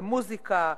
מוזיקה,